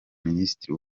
minisitiri